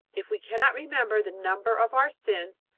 if we cannot remember the number of our sins,